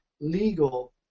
legal